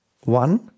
One